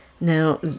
Now